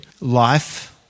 life